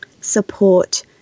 support